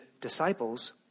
disciples